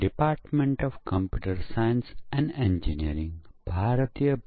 સોફ્ટવેરમાં મોટી સંખ્યામાં પરીક્ષણ કિસ્સાઓમાં છેઅને જેને ટેસ્ટ સ્યુટકહેવાય છે